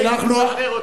אני הייתי משחרר אותה.